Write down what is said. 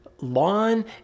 lawn